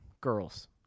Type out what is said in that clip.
Girls